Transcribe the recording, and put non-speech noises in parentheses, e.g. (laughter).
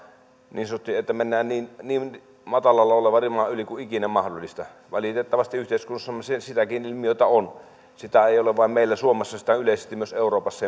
niin sanotusti että mennään niin niin matalalla olevan riman yli kuin ikinä mahdollista valitettavasti yhteiskunnassamme sitäkin ilmiötä on sitä ei ole vain meillä suomessa sitä on yleisesti myös euroopassa (unintelligible)